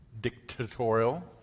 dictatorial